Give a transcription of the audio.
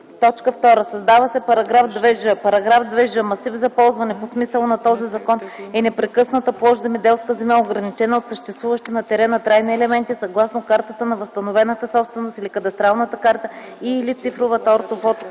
2. Създава се § 2ж: „§ 2ж. „Масив за ползване” по смисъла на този закон е непрекъсната площ земеделска земя, ограничена от съществуващи на терена трайни елементи, съгласно картата на възстановената собственост или кадастралната карта, и/или цифровата орто фото